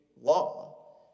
law